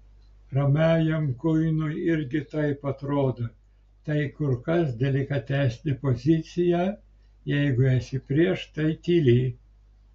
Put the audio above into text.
ramiajam kuinui irgi taip atrodo tai kur kas delikatesnė pozicija jeigu esi prieš tai tyli